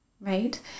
right